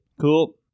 Cool